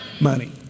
money